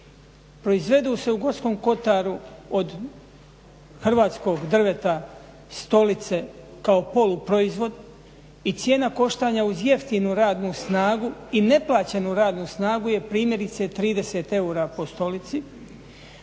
Proizvedu se u Gorskom Kotaru od hrvatskog drveta stolice kao poluproizvod i cijena koštanja uz jeftinu radnu snagu i ne plaćenu radnu snagu je primjerice 30 eura po stolici,